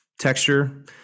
texture